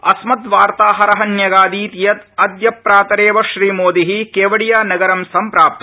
अस्मत्वार्ताहर न्यगादीत् यत् अद्य प्रातरेव श्रीमोदी केवड़ियानगरं सम्प्राप्त